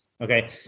okay